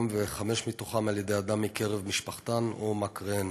וחמש מהן בידי אדם מקרב משפחתן או מכריהן,